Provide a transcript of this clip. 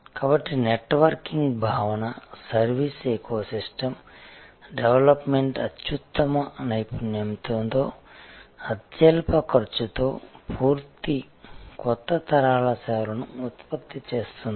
కాబట్టి నెట్వర్కింగ్ భావన service ecosystem development అత్యుత్తమ నైపుణ్యంతో అత్యల్ప ఖర్చుతో పూర్తి కొత్త తరాల సేవలను ఉత్పత్తి చేస్తుంది